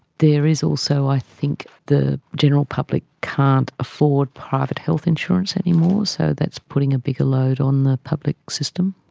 there is also i think the general public can't afford private health insurance anymore, so that's putting a bigger load on the public system.